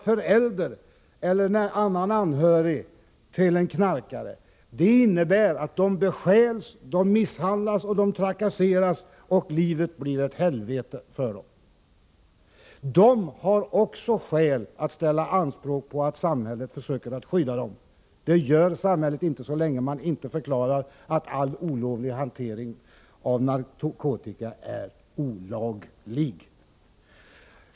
Föräldrar eller andra anhöriga till en knarkare bestjäls, de misshandlas och de trakasseras, och livet blir ett helvete för dem. De har också skäl att ställa anspråk på att samhället försöker skydda dem. Det gör samhället inte så länge man inte förklarar att all olovlig hantering av narkotika är olaglig.